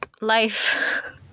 life